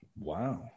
Wow